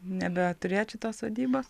nebeturėt šitos sodybos